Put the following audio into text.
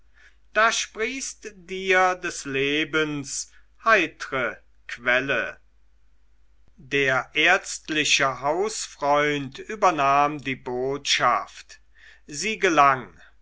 da sprieße dir des lebens heitre quelle der ärztliche hausfreund übernahm die botschaft sie gelang